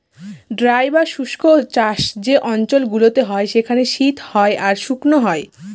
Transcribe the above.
dry বা শুস্ক চাষ যে অঞ্চল গুলোতে হয় সেখানে শীত হয় আর শুকনো হয়